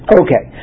okay